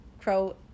crow